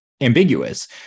ambiguous